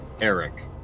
Eric